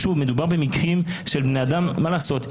מה לעשות,